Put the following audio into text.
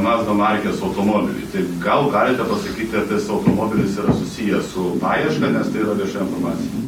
mazda markės automobilį tai gal galite pasakyti ar tas automobilis yra susijęs su paieška nes tai yra vieša informacija